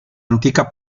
antica